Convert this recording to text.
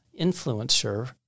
influencer